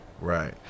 Right